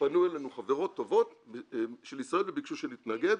פנו אלינו חברות טובות של ישראל וביקשו שנתנגד.